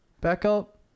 backup